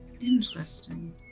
Interesting